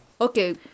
Okay